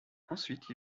ensuite